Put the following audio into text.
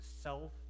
self